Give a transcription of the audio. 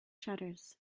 shutters